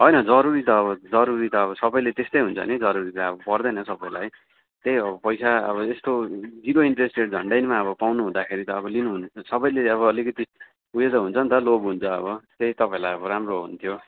होइन जरुरी त अब जरुरी त अब सबैले त्यस्तै हुन्छ नि जरुरी त अब पर्दैन सबैलाई त्यही पैसा अब यस्तो जिरो इन्ट्रेस्ट रेट झन्डैमा पाउनु हुँदाखेरि त लिनु हुनु सबैले अब अलिकति उयो त हुन्छ नि त लोभ हुन्छ अब त्यही तपाईँलाई राम्रो हुन्थ्यो